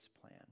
plan